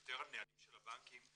יוק מה הבנק בדק